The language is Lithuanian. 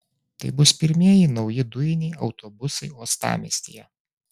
tai bus pirmieji nauji dujiniai autobusai uostamiestyje